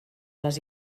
les